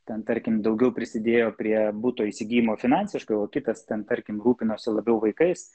ten tarkim daugiau prisidėjo prie buto įsigijimo finansiškai o kitas ten tarkim rūpinosi labiau vaikais